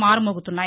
మార్శోగుతున్నాయి